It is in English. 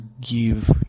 give